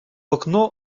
окно